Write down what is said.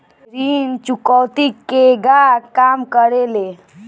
ऋण चुकौती केगा काम करेले?